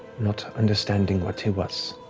not understanding what he was,